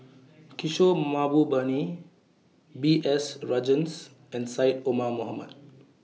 Kishore Mahbubani B S Rajhans and Syed Omar Mohamed